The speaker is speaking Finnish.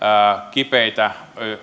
kipeitä